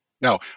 Now